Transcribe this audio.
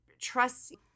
trust